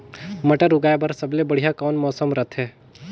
मटर उगाय बर सबले बढ़िया कौन मौसम रथे?